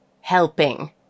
helping